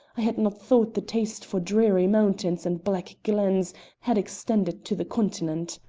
i had not thought the taste for dreary mountains and black glens had extended to the continent.